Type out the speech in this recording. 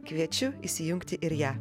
kviečiu įsijungti ir ją